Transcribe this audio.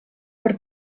per